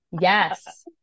Yes